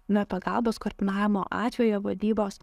na pagalbos kad namo atvejo vadybos